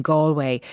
Galway